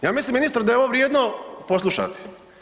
Ja mislim ministre da je ovo vrijedno poslušati.